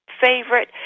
favorite